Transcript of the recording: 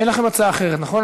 אין לכם הצעה אחרת, נכון?